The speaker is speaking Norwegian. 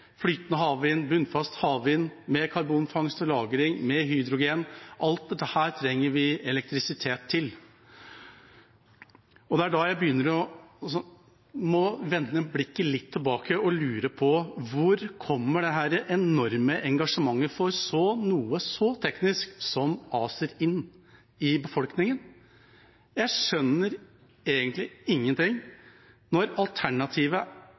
flytende havvind, bunnfast havvind, med karbonfangst og -lagring, med hydrogen. Alt dette trenger vi elektrisitet til. Det er da jeg må vende blikket litt tilbake og lure på: Hvor kommer dette enorme engasjementet for noe så teknisk som ACER inn i befolkningen? Jeg skjønner egentlig ingenting, når alternativet